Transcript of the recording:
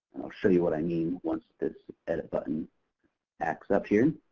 i'll show you what i mean once this edit button acts up here.